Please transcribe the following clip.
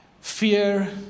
fear